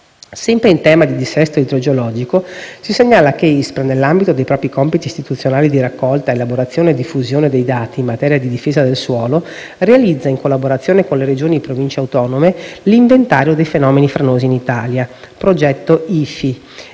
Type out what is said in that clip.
Sempre in tema di dissesto idrogeologico, si segnala che l'ISPRA, nell'ambito dei propri compiti istituzionali di raccolta, elaborazione e diffusione dei dati in materia di difesa del suolo, realizza, in collaborazione con le Regioni e Province autonome, l'inventario dei fenomeni franosi in Italia (progetto IFFI)